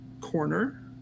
corner